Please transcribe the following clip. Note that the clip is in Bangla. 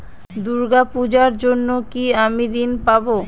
দূর্গা পূজার জন্য কি আমি ঋণ পাবো?